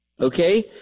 okay